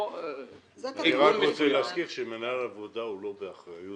--- רק צריך להוסיף שמנהל עבודה הוא לא באחריות